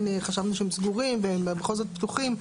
חשבנו שהם סגורים והם בכל זאת פתוחים.